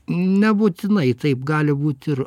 nebūtinai taip gali būt ir